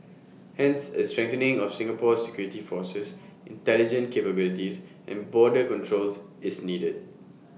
hence A strengthening of Singapore's security forces intelligence capabilities and border controls is needed